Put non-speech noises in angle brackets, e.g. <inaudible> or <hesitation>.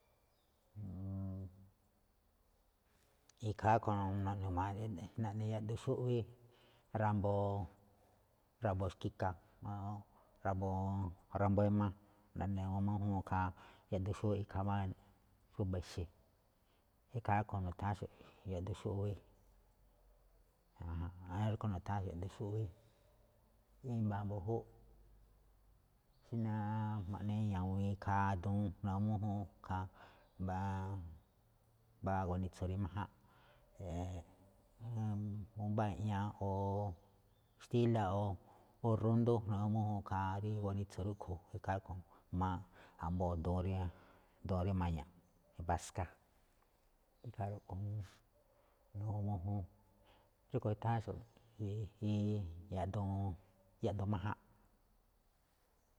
<hesitation> ikhaa rúꞌkhue̱n najmaa naꞌne yaꞌduun xúꞌwí, ra̱mbo, <hesitation> ra̱mbo xki̱ka̱, ra̱mbo, <hesitation> ra̱mbo ema, naꞌne mújúun ikhaa yaꞌduun xúwí ikhaa máꞌ xúba̱ exe̱. Ikhaa rúꞌkhue̱n nu̱tháánxo̱ꞌ yaꞌduun xúꞌwí. <unintelligible> i̱mba̱ mbu̱júꞌ, <hesitation> ma̱ꞌne ña̱wi̱i̱n ikhaa duun na̱gu̱ma mújúun ikhaa mbá, mbá gunitsu rí májánꞌ. Mbáa i̱ꞌña o <noise> xtíla̱ o rundú ma̱gu̱ma mújúun ikhaa rí guanitsu rúꞌkhue̱n, ikhaa rúꞌkhue̱n ijmaa ambóo duun rí, duun rí maña̱ꞌ paska, ikhaa rúꞌkhue̱n juun na̱gu̱ma mújúun, rúꞌkhue̱n i̱tháánxo̱ꞌ <noise> rí yaꞌduun, yaꞌduun máján.